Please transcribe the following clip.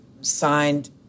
signed